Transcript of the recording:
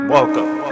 Welcome